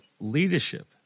leadership